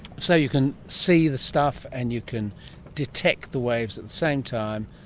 so you can see the stuff and you can detect the waves at the same time,